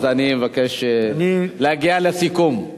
אז אני מבקש להגיע לסיכום.